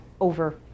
over